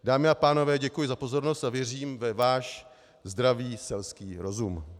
Dámy a pánové, děkuji za pozornost a věřím ve váš zdravý selský rozum.